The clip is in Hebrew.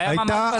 זה היה ממש בזק.